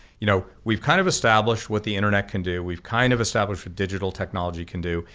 you know, we've kind of established what the internet can do, we've kind of established what digital technology can do,